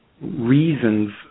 reasons